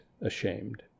ashamed